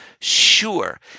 sure